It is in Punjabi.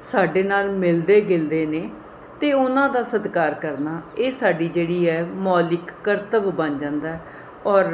ਸਾਡੇ ਨਾਲ ਮਿਲਦੇ ਗਿਲਦੇ ਨੇ ਅਤੇ ਉਹਨਾਂ ਦਾ ਸਤਿਕਾਰ ਕਰਨਾ ਇਹ ਸਾਡੀ ਜਿਹੜੀ ਹੈ ਮੌਲਿਕ ਕਰਤੱਵ ਬਣ ਜਾਂਦਾ ਔਰ